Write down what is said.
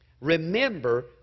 Remember